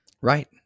Right